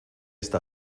esta